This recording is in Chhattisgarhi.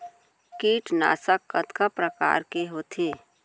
कीटनाशक कतका प्रकार के होथे?